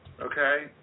okay